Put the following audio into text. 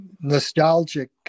nostalgic